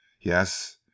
Yes